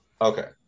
Okay